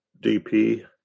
DP